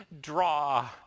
draw